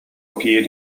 appeared